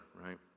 right